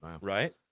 right